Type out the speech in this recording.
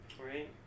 Right